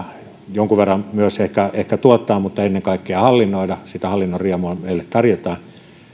jonkun verran myös ehkä ehkä tuotetaan mutta ennen kaikkea hallinnoidaan sitä hallinnon riemua meille nyt tarjotaan